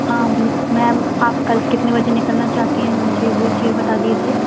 हाँ मैम आप कल कितने बजे निकलना चाहती हैं मुझे वो चीज़ बता दीजिए